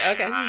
Okay